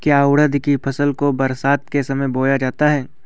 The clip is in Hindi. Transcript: क्या उड़द की फसल को बरसात के समय बोया जाता है?